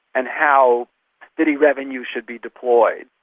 and how city revenue should be deployed.